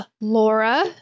Laura